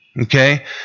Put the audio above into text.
okay